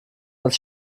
als